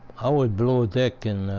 i was below deck, and